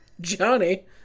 Johnny